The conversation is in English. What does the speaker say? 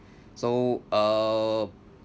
so uh